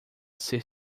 ser